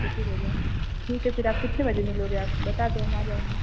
कोठी बाजार ठीक है फिर आप कितने बजे मिलोगे आप बता दो हम आ जाएंगे